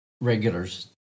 regulars